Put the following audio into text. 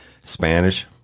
Spanish